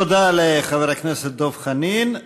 תודה לחבר הכנסת דב חנין.